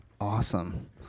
awesome